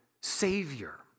Savior